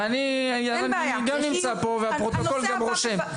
ואני נמצא פה והפרוטוקול רושם.